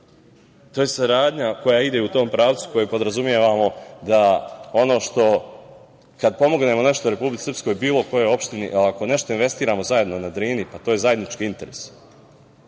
To je saradnja koja ide u tom pravcu u kojem podrazumevamo da ono što… Kada pomognemo nešto Republici Srpskoj, bilo kojoj opštini, ali ako nešto investiramo zajedno na Drini, pa to je zajednički interes.